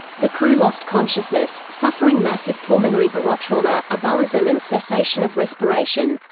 the crew lost consciousness, suffering massive pulmonary barotrauma, ebullism and cessation of respiration.